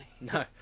no